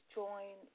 join